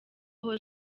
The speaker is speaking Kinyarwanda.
aho